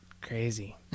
Crazy